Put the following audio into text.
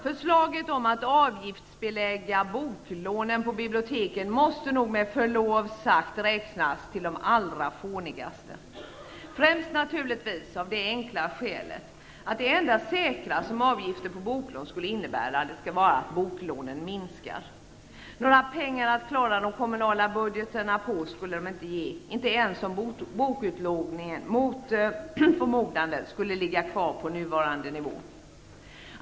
Förslaget om att avgiftsbelägga boklånen på biblioteken måste nog, med förlov sagt, räknas till de allra fånigaste -- främst naturligtvis av det enkla skälet att det enda säkra är att boklånen därmed skulle minska. Några pengar att klara de kommunala budgetarna med skulle det inte ge, inte ens om bokutlåningen mot förmodan låg kvar på nuvarande nivå.